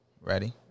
Ready